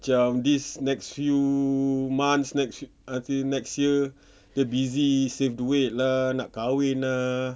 macam this next few months next few until next year dia busy save duit lah nak kahwin ah